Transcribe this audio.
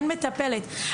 אין מטפלת.